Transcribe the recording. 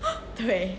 对